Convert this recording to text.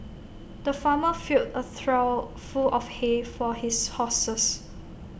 the farmer filled A trough full of hay for his horses